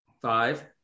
five